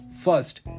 First